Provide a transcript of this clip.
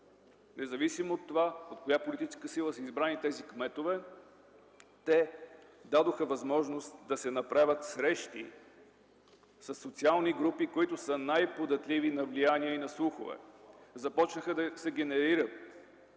Независимо от коя политическа сила са избрани тези кметове, те дадоха възможност да се направят срещи със социални групи, които са най-податливи на влияние и на слухове. Започна да се генерира